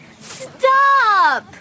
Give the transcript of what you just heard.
Stop